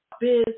Biz